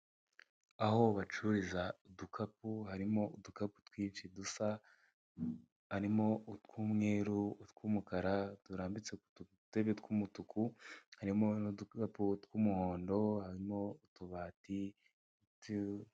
Aho bacururiza udukapu harimo udukapu twinshi dusa harimo utw'umweru utw'umukara turambitse ku dutebe tw'umutuku harimo n'udukapu tw'umuhondo, harimo utubati.